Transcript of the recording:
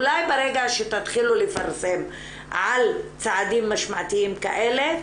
אולי ברגע שתתחילו לפרסם על צעדים משמעתיים כאלה,